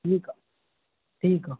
ठीकु आहे ठीकु आहे